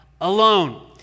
alone